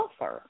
offer